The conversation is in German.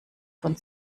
von